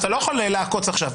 אז אתה לא יכול לעקוץ עכשיו.